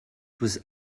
was